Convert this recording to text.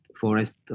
forest